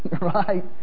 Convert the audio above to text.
Right